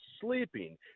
sleeping